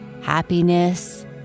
happiness